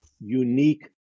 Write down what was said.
unique